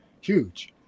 huge